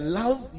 love